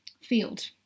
field